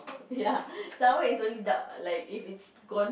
ya sour it's only the like if it's gone